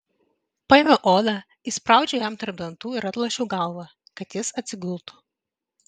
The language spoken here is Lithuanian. paėmiau odą įspraudžiau jam tarp dantų ir atlošiau galvą kad jis atsigultų